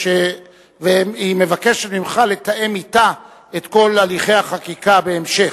והיא מבקשת ממך לתאם אתה את כל הליכי החקיקה בהמשך.